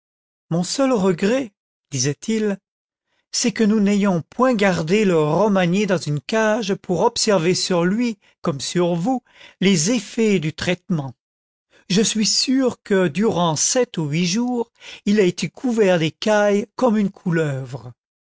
mon seul regret disait-il c'est que nous n'ayons point gardé le romagné dans une cage pour observer sur lui comme sur vous les effets du traitement àe suis sûr que durant sept ou huit jours il a été couvert d'écailles comme une couleuvre